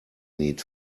need